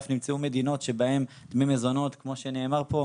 ואף נמצאו מדינות שבהן דמי מזונות כמו שנאמר פה,